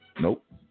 Nope